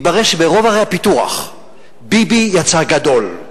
מתברר שברוב ערי הפיתוח ביבי יצא גדול.